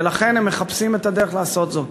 ולכן הם מחפשים את הדרך לעשות זאת.